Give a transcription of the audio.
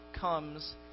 comes